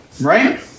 Right